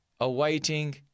Awaiting